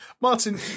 Martin